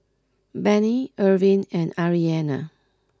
Benny Irvine and Arianna